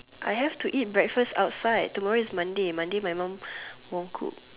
I have to eat breakfast outside tomorrow is Monday Monday my mum won't cook